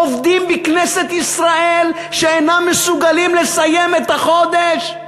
עובדים בכנסת ישראל שאינם מסוגלים לסיים את החודש?